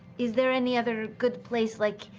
is there any other good place like,